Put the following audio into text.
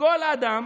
"כל אדם